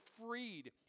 freed